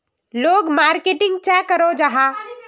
लोग मार्केटिंग चाँ करो जाहा?